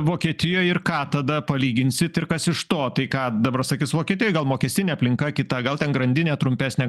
vokietijoj ir ką tada palyginsit ir kas iš to tai ką dabar sakys vokietijoj gal mokestinė aplinka kita gal ten grandinė trumpesnė